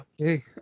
okay